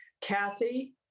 Kathy